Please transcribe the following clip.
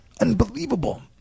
Unbelievable